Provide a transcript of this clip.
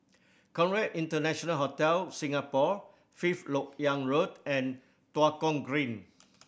Conrad International Hotel Singapore Fifth Lok Yang Road and Tua Kong Green